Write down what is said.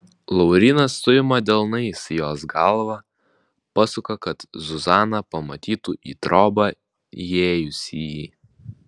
laurynas suima delnais jos galvą pasuka kad zuzana pamatytų į trobą įėjusįjį